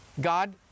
God